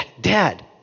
dad